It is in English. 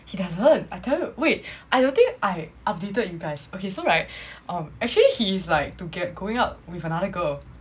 he doesn't I tell you wait I don't think I updated you guys okay so right um actually he's like to get going out with another girl